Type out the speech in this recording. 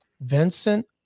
Vincent